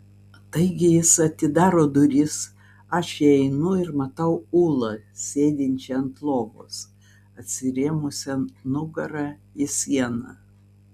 taigi jis atidaro duris aš įeinu ir matau ulą sėdinčią ant lovos atsirėmusią nugara į sieną